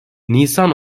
nisan